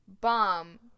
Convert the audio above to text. bomb